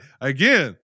Again